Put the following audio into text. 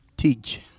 Teach